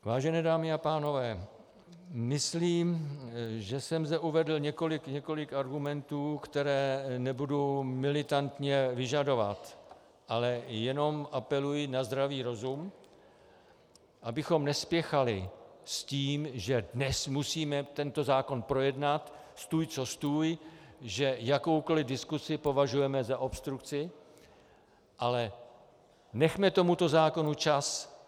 Vážené dámy a pánové, myslím, že jsem zde uvedl několik argumentů, které nebudu militantně vyžadovat, ale jenom apeluji na zdravý rozum, abychom nespěchali s tím, že dnes musíme tento zákon projednat stůj co stůj, že jakoukoli diskusi považujeme za obstrukci, ale nechme tomuto zákonu čas.